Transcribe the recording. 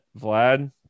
Vlad